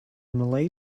malay